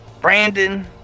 Brandon